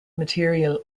material